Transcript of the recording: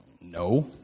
no